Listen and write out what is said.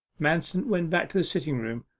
manston went back to the sitting-room,